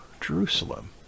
jerusalem